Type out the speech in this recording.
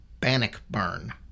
Bannockburn